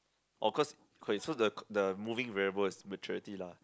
oh cause okay so the the moving variable is maturity lah